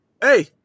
Hey